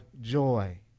joy